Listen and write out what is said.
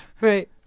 Right